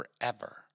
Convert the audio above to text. forever